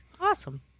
Awesome